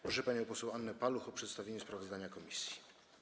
Proszę panią poseł Annę Paluch o przedstawienie sprawozdania komisji.